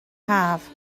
haf